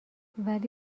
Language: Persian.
ولی